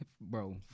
Bro